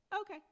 okay